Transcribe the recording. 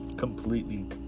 Completely